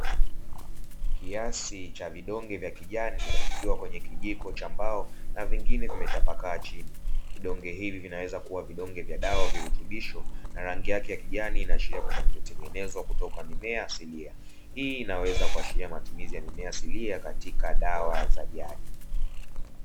Kiasi cha vidonge vya kijani, vikiwa kwenye kijiko cha mbao na vingine vimetapakaa chini. Vidonge hivi vinaweza kuwa vidonge vya dawa, virutubisho na rangi yake ya kijani inaashiria kwamba vimetengenezwa kutoka mimea asilia. Hii inaweza kuashiria matumizi ya mimea asilia katika dawa za jadi.